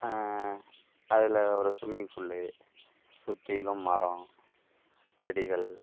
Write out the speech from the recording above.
அதில் ஒரு swimming pool சுற்றிலும் மரம் செடிகள்